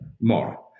more